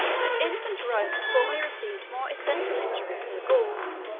that infant rome had formerly received more essential injury from the gauls,